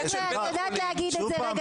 שוב פעם,